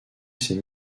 ces